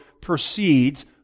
proceeds